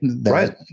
Right